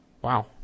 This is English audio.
Wow